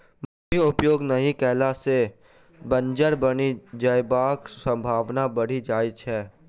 भूमि उपयोग नहि कयला सॅ बंजर बनि जयबाक संभावना बढ़ि जाइत छै